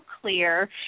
clear